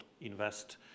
invest